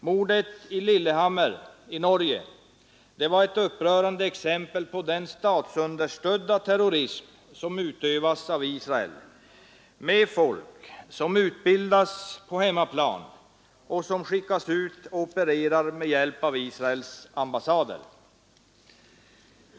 Mordet i Lillehammer i Norge var ett upprörande exempel på den statsunderstödda terrorism som utövas av Israel med folk som utbildas på hemmaplan och sedan skickas ut och opererar med hjälp av Israels ambassader.